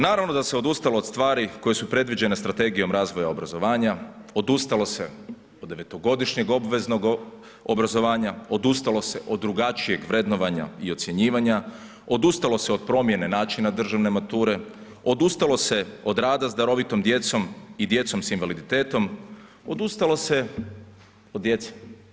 Naravno da se odustalo od stvari koje su predviđene strategijom razvoja i obrazovanja, odustalo se od 9-godišnjeg obveznog obrazovanja, odustalo se od drugačijeg vrednovanja i ocjenjivanja, odustalo se od promjena načina državne mature, odustalo se od rada s darovitom djecom i djecom s invaliditetom, odustalo se od djece.